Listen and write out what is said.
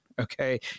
Okay